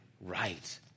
right